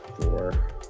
four